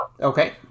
Okay